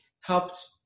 helped